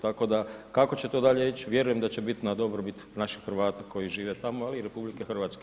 Tako da, kako će to dalje ići, vjerujem da će biti na dobrobit naših Hrvata koji žive tamo ali i RH.